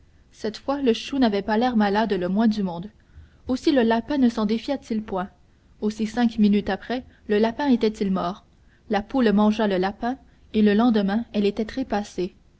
cette fois le chou n'avait pas l'air malade le moins du monde aussi le lapin ne s'en défia t il point aussi cinq minutes après le lapin était-il mort la poule mangea le lapin et le lendemain elle était trépassée